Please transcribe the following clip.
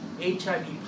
HIV